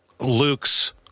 Luke's